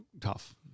tough